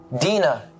Dina